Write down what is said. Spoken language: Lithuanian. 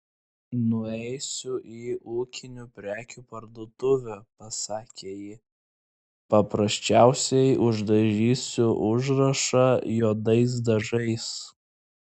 nueisiu į ūkinių prekių parduotuvę pasakė ji paprasčiausiai uždažysiu užrašą juodais dažais